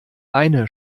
eine